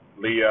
leah